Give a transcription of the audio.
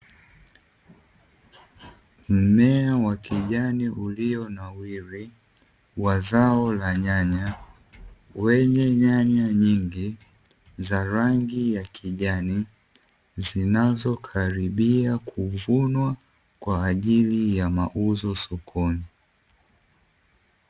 Mmea wa kijani ulionawiri wa zao la nyanya, wenye nyanya nyingi za rangi ya kijani, zinazokaribia kuvunwa kwa ajili ya mauzo sokoni.